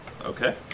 Okay